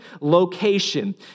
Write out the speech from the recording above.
location